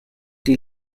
die